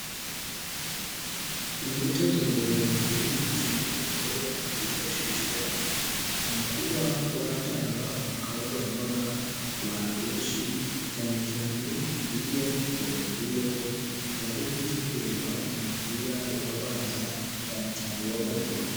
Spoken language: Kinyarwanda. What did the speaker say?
Imyitozo ngororamubiri ni kimwe mu bikorwa byifashishwa mu kuba watanga ubukangurambaga ku bantu benshi cyane cyane iyo wababwiye ko baribuze kureba umupira urabanza cyane cyane uw'amaguru.